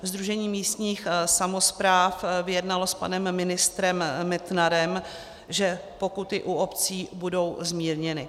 Sdružení místních samospráv vyjednalo s panem ministrem Metnarem, že pokuty u obcí budou zmírněny.